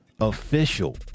official